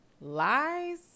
Lies